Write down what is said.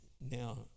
now